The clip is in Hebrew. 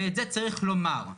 ואת זה צריך לומר.